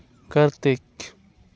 Kartik